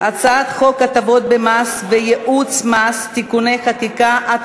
הצעת חוק הטבות במס וייעוץ מס (תיקוני חקיקה),